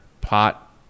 pot